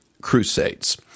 crusades